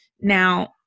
Now